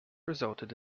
resulted